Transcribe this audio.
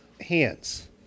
hands